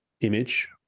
image